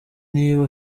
niba